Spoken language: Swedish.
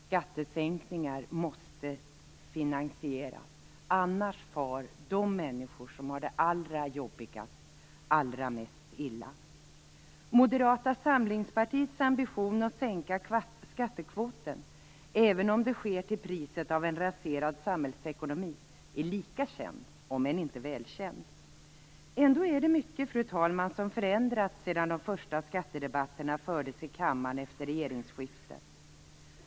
Skattesänkningar måste finansieras, annars far de människor som har det allra jobbigast allra mest illa. Moderata samlingspartiets ambition att sänka skattekvoten, även om det sker till priset av en raserad samhällsekonomi, är lika känd om än inte välkänd. Ändå är det mycket, fru talman, som förändrats sedan de första skattedebatterna fördes i kammaren efter regeringsskiftet.